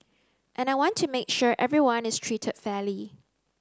and I want to make sure everyone is treated fairly